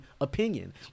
opinion